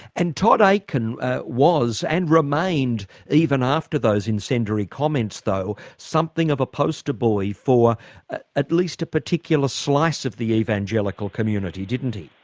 and todd akin was, and remained even after those incendiary comments though, something of a poster boy for at least a particular slice of the evangelical community didn't he?